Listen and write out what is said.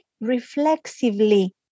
reflexively